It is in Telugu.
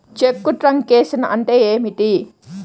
చెక్కు ట్రంకేషన్ అంటే ఏమిటి?